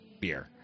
beer